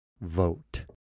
vote